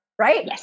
right